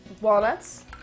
walnuts